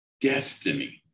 destiny